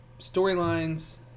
storylines